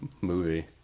movie